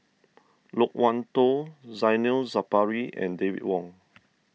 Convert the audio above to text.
Loke Wan Tho Zainal Sapari and David Wong